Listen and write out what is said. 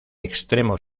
extremo